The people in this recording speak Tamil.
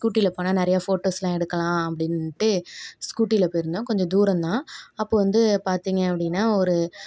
ஸ்கூட்டியில் போனால் நிறைய போட்டோஸ்லாம் எடுக்கலாம் அப்படின்னுட்டு ஸ்கூட்டியில் போயிருந்தோம் கொஞ்சம் தூரம்தான் அப்போது வந்து பார்த்திங்க அப்படின்னா ஒரு